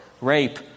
rape